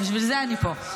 לכן אני פה.